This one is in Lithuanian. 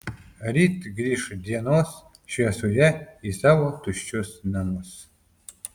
ryt grįš dienos šviesoje į savo tuščius namus